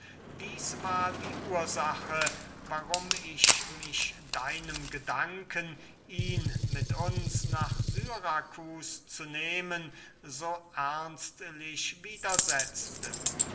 dieß war die ursache warum ich mich deinem gedanken ihn mit uns nach syrakus zu nehmen so ernstlich widersetzte